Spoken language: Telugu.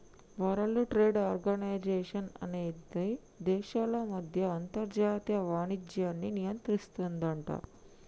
వరల్డ్ ట్రేడ్ ఆర్గనైజేషన్ అనేది దేశాల మధ్య అంతర్జాతీయ వాణిజ్యాన్ని నియంత్రిస్తుందట